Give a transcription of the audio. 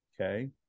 Okay